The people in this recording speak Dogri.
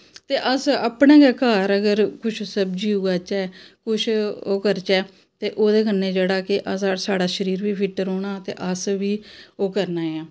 ते अस अपनै गै घर अगर कुछ सब्जी उगाचै कुछ ओह् करचै ते ओह्दे कन्नै जेह्ड़ा केह् अस साढ़ा शरीर बी फिट्ट रौह्ना ते अस बी ओह् करना ऐ